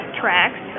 tracks